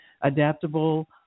adaptable